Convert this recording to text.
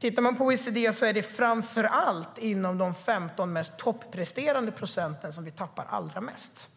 Enligt OECD är det framför allt inom de 15 mest toppresterande procenten som vi tappar allra mest.